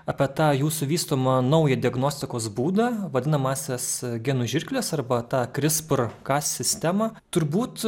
apie tą jūsų vystomą naują diagnostikos būdą vadinamąsias genų žirkles arbata tą krispr ka sistemą turbūt